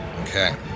Okay